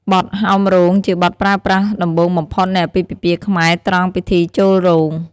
បទហោមរោងជាបទប្រើប្រាស់ដំបូងបំផុតនៃអាពាពិពាហ៍ខ្មែរត្រង់ពិធីចូលរោង។